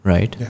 Right